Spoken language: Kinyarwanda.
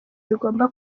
bigomba